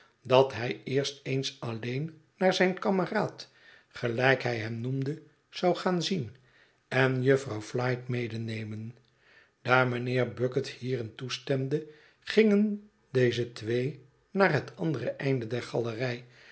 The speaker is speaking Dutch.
dat hij eerst eens alleen naar zijn kameraad gelijk hij hem noemde zou gaan zien en j ufvrouw flite medenemen daar mijnheer bucket hierin toestemde gingen deze twee naar het andere einde der galerij